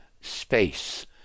space